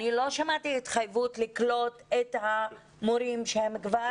לא שמעתי התחייבות לקלוט את המורים שהם כבר